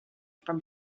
from